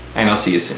and i'll see you